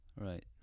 Right